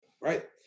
right